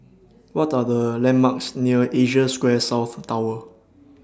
What Are The landmarks near Asia Square South Tower